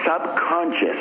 subconscious